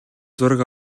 зураг